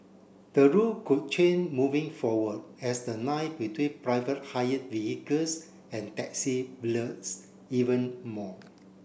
the rule could change moving forward as the line between private hired vehicles and taxi blurs even more